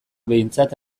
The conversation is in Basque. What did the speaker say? behintzat